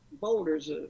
boulders